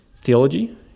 theology